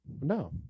No